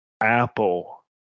Apple